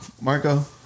Marco